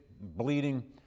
bleeding